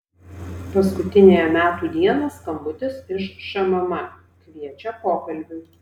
paskutiniąją metų dieną skambutis iš šmm kviečia pokalbiui